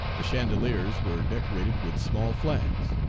the chandeliers were decorated with small flags.